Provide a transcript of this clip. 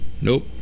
Nope